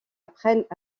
apprennent